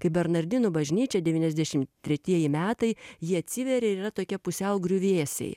kaip bernardinų bažnyčia devyniasdešim tretieji metai ji atsiveria yra tokia pusiau griuvėsiai